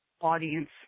audience